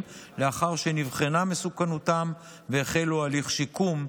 לאחר שנבחנה מסוכנותם והחלו הליך שיקום,